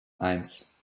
eins